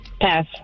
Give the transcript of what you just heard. Pass